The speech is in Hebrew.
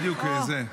בדיוק --- אוה,